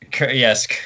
Yes